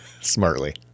smartly